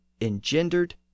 engendered